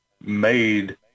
made